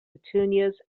petunias